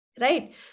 Right